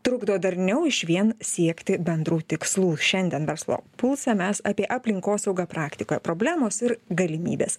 trukdo darniau išvien siekti bendrų tikslų šiandien verslo pulse mes apie aplinkosaugą praktikoj problemos ir galimybės